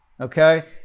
Okay